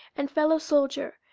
and fellowsoldier,